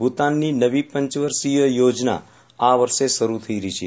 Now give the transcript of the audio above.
ભૂતાનની નવી પંચવર્ષીય યોજના આ વર્ષે શરૂ થઇ રહી છે